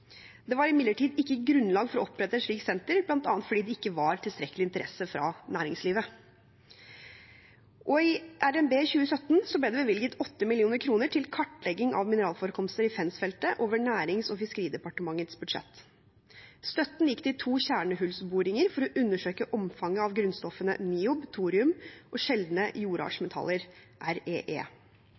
Det var imidlertid ikke grunnlag for å opprette et slikt senter, bl.a. fordi det ikke var tilstrekkelig interesse fra næringslivet. I RNB i 2017 ble det bevilget 8 mill. kr til kartlegging av mineralforekomster i Fensfeltet over Nærings- og fiskeridepartementets budsjett. Støtten gikk til to kjernehullsboringer for å undersøke omfanget av grunnstoffene niob, thorium og sjeldne jordartsmetaller, REE. Tilgangen på niob og sjeldne jordarter er